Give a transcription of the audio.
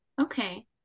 Okay